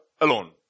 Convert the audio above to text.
alone